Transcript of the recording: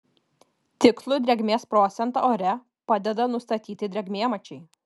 tikslų drėgmės procentą ore padeda nustatyti drėgmėmačiai